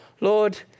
Lord